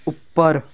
ਉੱਪਰ